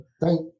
thank